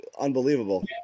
unbelievable